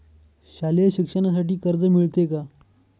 शालेय शिक्षणासाठी कर्ज मिळते का?